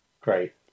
Great